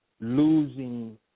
losing